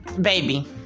baby